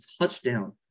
touchdown